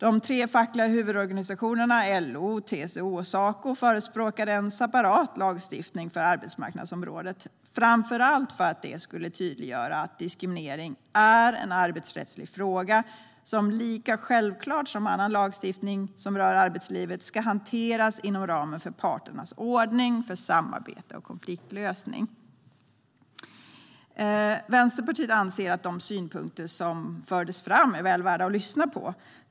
De tre fackliga huvudorganisationerna LO, TCO och Saco förespråkade en separat lagstiftning för arbetsmarknadsområdet, framför allt för att det skulle tydliggöra att diskriminering är en arbetsrättslig fråga som lika självklart som annan lagstiftning som rör arbetslivet ska hanteras inom ramen för parternas ordning för samarbete och konfliktlösning. Vänsterpartiet anser att de synpunkter som fördes fram är väl värda att lyssna på.